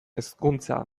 hezkuntza